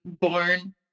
born